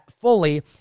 fully